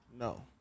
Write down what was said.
No